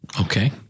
Okay